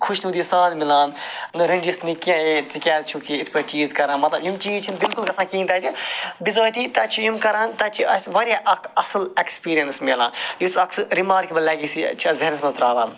خُشنوٗدی سان مِلان نہ رنزِش نہٕ کینٛہہ ہے ژٕ کیازِ چھُکھ یہِ یِتھ پٲٹھۍ چیٖز کران مَطلَب یِم چیٖز چھِنہٕ بِلکُل گَژھان کِہیٖنۍ تتہِ بِزٲتی تتہِ چھِ یِم کران تتہِ چھِ اَسہِ واریاہ اکھ اصٕل ایٚکسپیٖریَنس مِلان یُس اکھ سُہ رِمارکیبٕل لیٚگیٚسی چھےٚ ذہنَس مَنٛز ترٛاوان